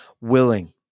willing